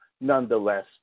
nonetheless